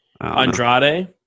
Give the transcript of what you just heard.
Andrade